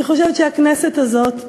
אני חושבת שהכנסת הזאת,